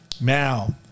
Now